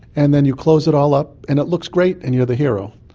and then you close it all up and it looks great and you're the hero.